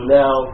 now